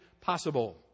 possible